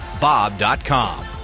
bob.com